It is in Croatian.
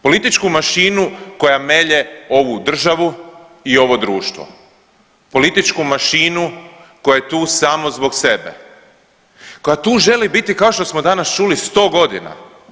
Političku mašinu koja melje ovu državu i ovo društvo, političku mašinu koja je tu samo zbog sebe, koja tu želi biti kao što smo danas čuli sto godina.